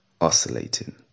Oscillating